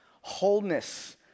Wholeness